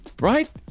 Right